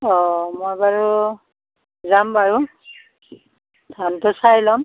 অ' মই বাৰু যাম বাৰু ধানটো চাই ল'ম